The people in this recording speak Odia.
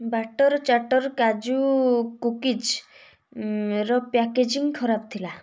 ବାଟ୍ଟର୍ ଚାଟ୍ଟର୍ କାଜୁ କୁକିଜ୍ ର ପ୍ୟାକେଜିଙ୍ଗ ଖରାପ ଥିଲା